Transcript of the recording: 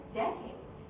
decades